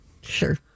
Sure